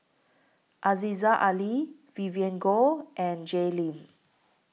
Aziza Ali Vivien Goh and Jay Lim